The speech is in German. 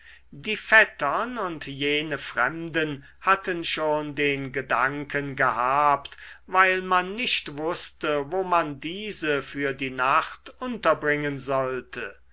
die vettern und jene fremden hatten schon den gedanken gehabt weil man nicht wußte wo man diese für die nacht unterbringen sollte